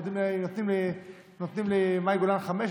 נותנים למאי גולן חמש.